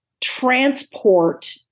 transport